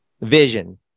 Vision